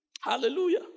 Hallelujah